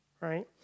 right